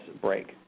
break